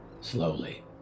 slowly